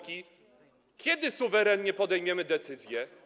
Kiedy suwerennie podejmiemy decyzję?